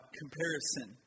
comparison